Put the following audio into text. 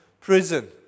prison